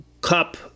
cup